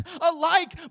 alike